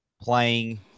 playing